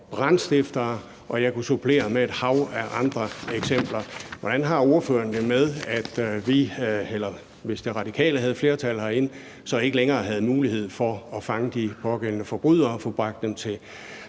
brandstiftere, og jeg kunne supplere med et hav af andre eksempler. Hvordan har ordføreren det med, at vi, hvis De Radikale havde flertal herinde, så ikke længere havde mulighed for at fange de pågældende forbrydere og få stillet dem til